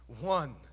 one